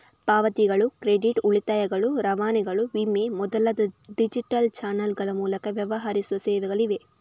ಪಾವತಿಗಳು, ಕ್ರೆಡಿಟ್, ಉಳಿತಾಯಗಳು, ರವಾನೆಗಳು, ವಿಮೆ ಮೊದಲಾದ ಡಿಜಿಟಲ್ ಚಾನಲ್ಗಳ ಮೂಲಕ ವ್ಯವಹರಿಸುವ ಸೇವೆಗಳು ಇವೆ